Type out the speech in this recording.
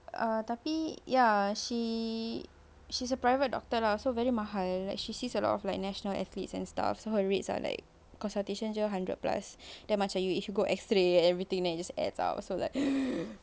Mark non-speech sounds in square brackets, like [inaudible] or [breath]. uh tapi ya she she's a private doctor lah so very mahal like she sees a lot of like national athletes and stuff so her rates are like consultation sahaja hundred plus then macam if you go x-ray everything then it just adds up so like [breath]